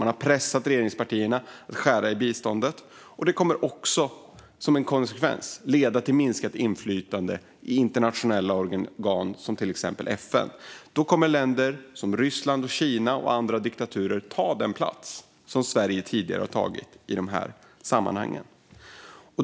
Man har pressat regeringspartierna att skära i biståndet, och som en konsekvens av detta kommer Sverige att få minskat inflytande i internationella organ som till exempel FN. Det gör att länder som Ryssland, Kina och andra diktaturer kommer att ta den plats som Sverige tidigare har tagit i dessa sammanhang.